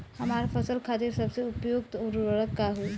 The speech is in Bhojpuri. हमार फसल खातिर सबसे उपयुक्त उर्वरक का होई?